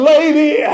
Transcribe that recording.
Lady